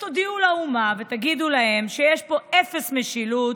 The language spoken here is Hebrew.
אז תודיעו לאומה ותגידו להם שיש פה אפס משילות,